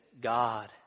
God